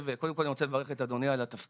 קודם כל אני רוצה לברך את אדוני על התפקיד.